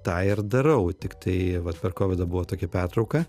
tą ir darau tiktai vat per kovidą buvo tokia pertrauka